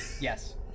Yes